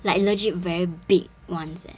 like legit very big ones eh